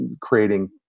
creating